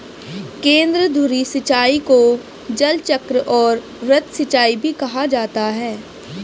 केंद्रधुरी सिंचाई को जलचक्र और वृत्त सिंचाई भी कहा जाता है